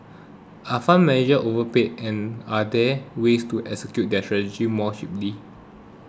are fund manager overpaid and are there ways to execute their strategies more cheaply